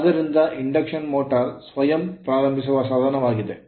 ಆದ್ದರಿಂದ induction motor ಸ್ವಯಂ ಪ್ರಾರಂಭಿಸುವ ಸಾಧನವಾಗಿದೆ